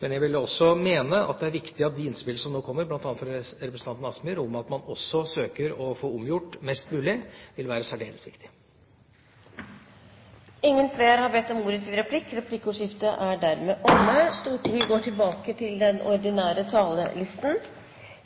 Men jeg vil jo også mene at det er viktig at de innspill som nå kommer, bl.a. fra representanten Kielland Asmyhr, om at man også søker å få omgjort mest mulig, vil være særdeles viktig. Replikkordskiftet er dermed omme.